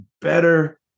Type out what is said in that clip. better